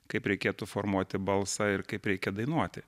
kaip reikėtų formuoti balsą ir kaip reikia dainuoti